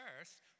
earth